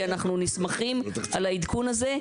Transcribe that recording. כי אנחנו נסמכים על העדכון הזה.